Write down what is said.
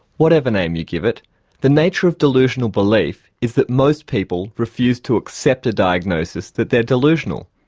whatever name you give it the nature of delusional belief is that most people refuse to accept a diagnosis that they're delusional.